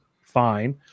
Fine